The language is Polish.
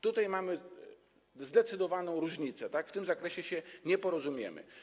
Tutaj jest zdecydowana różnica i w tym zakresie się nie porozumiemy.